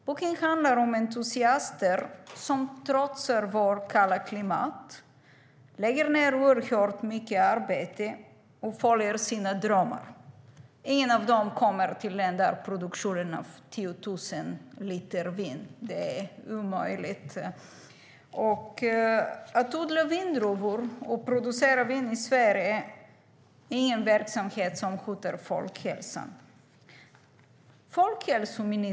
Boken handlar om entusiaster som trotsar vårt kalla klimat, lägger ned oerhört mycket arbete och följer sina drömmar. Ingen av dem kommer upp i en produktion av 10 000 liter vin. Det är omöjligt. Att odla vindruvor och producera vin i Sverige är ingen verksamhet som hotar folkhälsan.